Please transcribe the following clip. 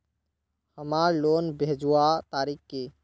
हमार लोन भेजुआ तारीख की?